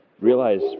realize